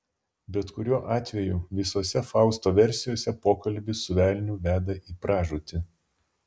bet kuriuo atveju visose fausto versijose pokalbis su velniu veda į pražūtį